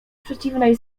przeciwnej